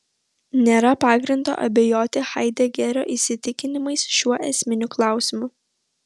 nėra pagrindo abejoti haidegerio įsitikinimais šiuo esminiu klausimu